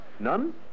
None